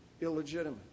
illegitimate